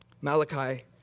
Malachi